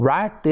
Right